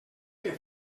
que